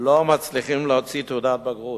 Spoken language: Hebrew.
מצליחים להוציא תעודת בגרות.